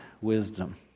wisdom